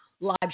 live